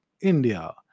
India